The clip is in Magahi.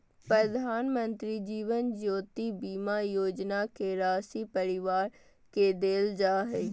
प्रधानमंत्री जीवन ज्योति बीमा योजना के राशी परिवार के देल जा हइ